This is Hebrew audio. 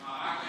מה, רק